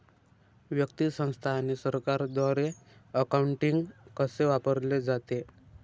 व्यक्ती, संस्था आणि सरकारद्वारे अकाउंटिंग कसे वापरले जाते